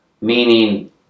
Meaning